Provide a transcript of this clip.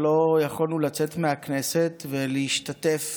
שלא יכולנו לצאת מהכנסת ולהשתתף